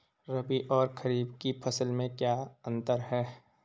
रबी और खरीफ की फसल में क्या अंतर है?